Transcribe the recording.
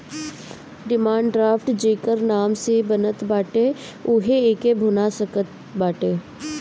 demand draft जेकरी नाम से बनत बाटे उहे एके भुना सकत बाटअ